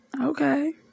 Okay